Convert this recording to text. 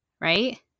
right